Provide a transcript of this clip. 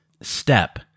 step